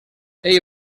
ell